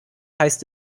heißt